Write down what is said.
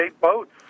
boats